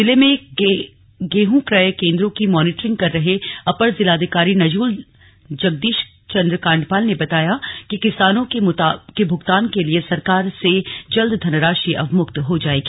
जिले में गेहूं क्रय केंद्रों की मॉनिटरिंग कर रहे अपर जिलाधिकारी नजूल जगदीश चंद्र कांडपाल ने बताया कि किसानों के भुगतान के लिए सरकार से जल्द धनराशि अवमुक्त हो जाएगी